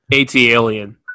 AT-alien